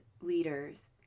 leaders